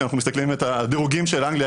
כשאנחנו מסתכלים על הדירוגים של אנגליה,